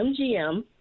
MGM